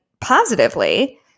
positively